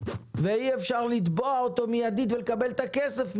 ואי-אפשר לתבוע אותו מיידית ולקבל את הכסף מיידית,